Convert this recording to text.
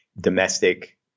domestic